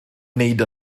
wneud